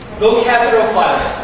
vocab profiler.